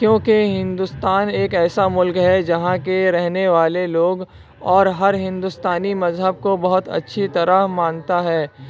کیونکہ ہندوستان ایک ایسا ملک ہے جہاں کے رہنے والے لوگ اور ہر ہندوستانی مذہب کو بہت اچھی طرح مانتا ہے